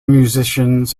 musicians